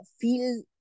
feel